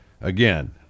again